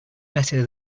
better